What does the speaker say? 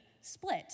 split